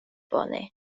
bone